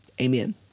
Amen